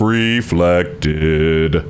reflected